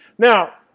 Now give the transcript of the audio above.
now,